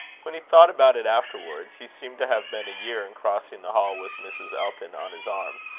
when he thought about it afterwards, he seemed to have been a year in crossing the hall with mrs. elton on his arm.